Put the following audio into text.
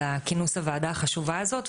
על כינוס הוועדה החשובה הזאת,